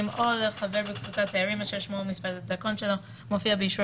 ״או לחבר בקבוצת תיירים אשר שמו ומספר הדרכון שלו מופיע באישור